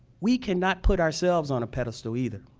we cannot put ourselves on a pedestal either.